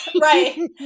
right